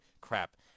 crap